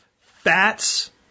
Fats